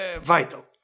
vital